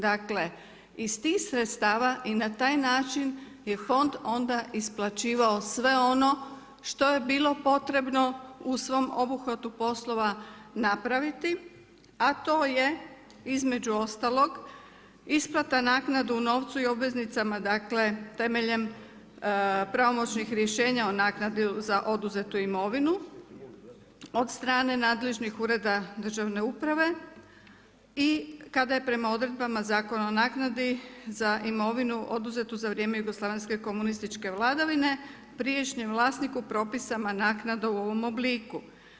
Dakle iz tih sredstava i na taj način je fond onda isplaćivao sve ono što je bilo potrebno u svom obuhvatu poslova napraviti a to je između ostalo isplata naknada u novcu i obveznicama, dakle temeljem pravomoćnih rješenja o naknadi za oduzetu imovinu od strane nadležnih ureda državne uprave i kada je prema odredbama Zakona o naknadi za imovinu oduzetu za vrijeme jugoslavenske komunističke vladavine, prijašnjem vlasniku propisima naknada u ovo obliku.